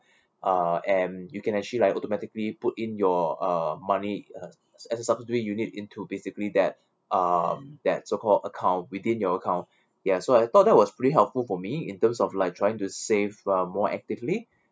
uh and you can actually like automatically put in your uh money uh as a substituting unit into basically that uh that so called account within your account ya so I thought that was pretty helpful for me in terms of like trying to save uh more actively